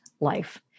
life